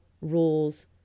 rules